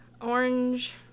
Orange